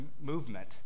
movement